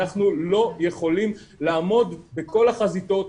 אנחנו לא יכולים לעמוד בכל החזיתות,